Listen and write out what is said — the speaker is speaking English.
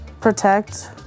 protect